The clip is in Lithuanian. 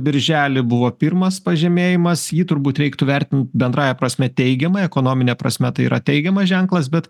birželį buvo pirmas pažemėjimas jį turbūt reiktų vertint bendrąja prasme teigiamai ekonomine prasme tai yra teigiamas ženklas bet